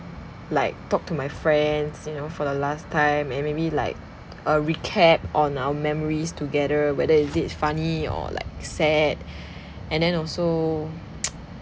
like talk to my friends you know for the last time and maybe like a recap on our memories together whether is it funny or like sad and then also